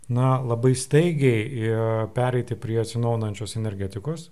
na labai staigiai pereiti prie atsinaujinančios energetikos